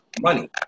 money